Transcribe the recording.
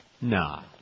Nah